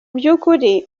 byukuri